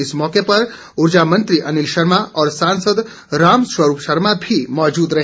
इस मौके उर्जा मंत्री अनिल शर्मा और सांसद रामस्वरूप शर्मा भी मौजूद रहे